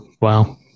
wow